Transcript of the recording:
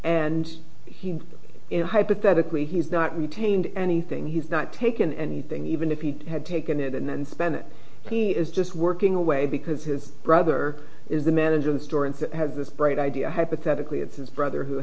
and he in hypothetically he's not retained anything he's not taken anything even if he had taken it in and spent it he is just working away because his brother is the manager and store and has this bright idea hypothetically it's brother who